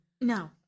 no